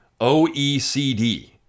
OECD